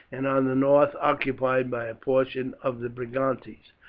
and on the north occupied by a portion of the brigantes.